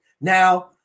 Now